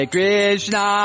Krishna